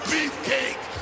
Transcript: Beefcake